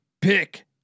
pick